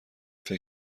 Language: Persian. فکر